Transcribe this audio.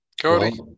Cody